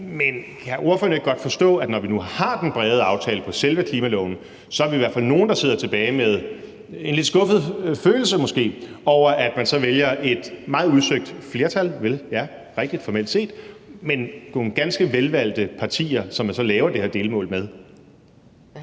Men kan ordføreren ikke godt forstå, at når vi nu har den brede aftale om selve klimaloven, er vi i hvert fald nogle, der sidder tilbage med en måske lidt skuffet følelse over, at man så vælger et meget udsøgt flertal – og ja, det er vel formelt set rigtigt – med nogle ganske velvalgte partier, som man så laver det her delmål med?